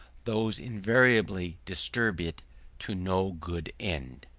those invariably disturb it to no good end.